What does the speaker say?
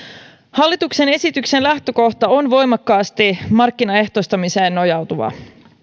hallituksen esityksen lähtökohta on voimakkaasti markkinaehtoistamiseen nojautuva